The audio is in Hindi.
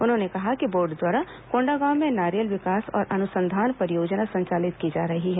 उन्होंने कहा कि बोर्ड द्वारा कोंडागांव में नारियल विकास और अनुसंधान परियोजना संचालित की जा रही है